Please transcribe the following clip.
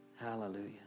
Hallelujah